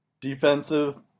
defensive